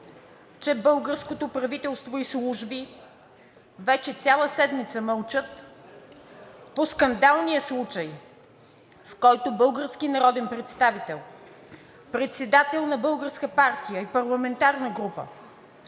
че българското правителство и служби вече цяла седмица мълчат по скандалния случай, в който български народен представител, председател на българска партия и парламентарна група,